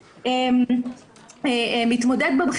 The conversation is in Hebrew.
100 שקל ואז כל אחד רואה וכתוב על זה שזה מקודם.